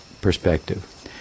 perspective